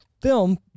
film